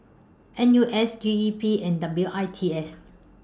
N U S G E P and W I T S